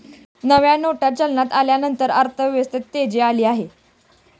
नव्या नोटा चलनात आल्यानंतर अर्थव्यवस्थेत तेजी आली आहे